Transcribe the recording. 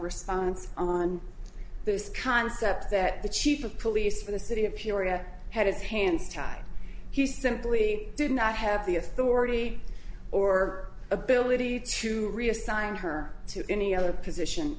response on those concepts that the chief of police for the city of peoria had its hands tied he simply did not have the authority or ability to reassign her to any other position